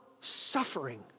suffering